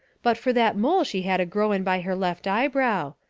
but for that mole she had a-growin' by her left eyebrow.